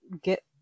get